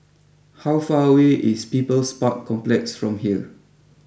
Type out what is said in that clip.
how far away is People's Park Complex from here